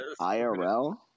IRL